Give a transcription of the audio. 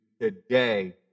today